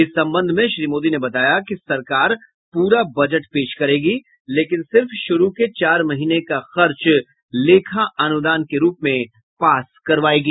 इस संबंध में श्री मोदी ने बताया कि सरकार बजट पूरा पेश करेगी लेकिन सिर्फ शुरू के चार महीने का खर्च लेखा अनुदान के रूप में पास करवायेगी